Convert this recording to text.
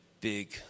big